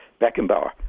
Beckenbauer